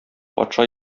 патша